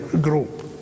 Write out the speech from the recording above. group